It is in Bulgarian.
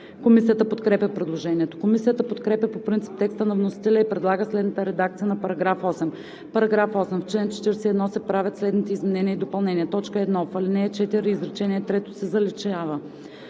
Комисията подкрепя предложението. Комисията подкрепя по принцип текста на вносителя и предлага следната редакция на § 8: „§ 8. В чл. 41 се правят следните изменения и допълнения: 1. В ал. 4 изречение трето се заличава.